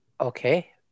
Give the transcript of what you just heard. Okay